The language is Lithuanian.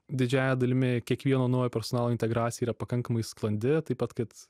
didžiąja dalimi kiekvieno naujo personalo integracija yra pakankamai sklandi taip pat kad